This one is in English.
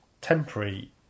temporary